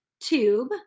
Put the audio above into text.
tube